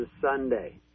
Sunday